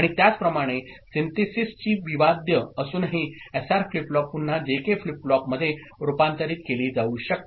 आणि त्याचप्रमाणे सिंथेसिसची विवाद्य प्रॉब्लेम असूनही एसआर फ्लिप फ्लॉप पुन्हा जेके फ्लिप फ्लॉपमध्ये रूपांतरित केली जाऊ शकते